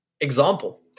example